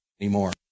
anymore